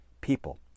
people